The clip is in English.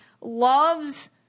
loves